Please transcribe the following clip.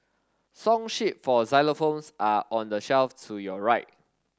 song sheet for xylophones are on the shelf to your right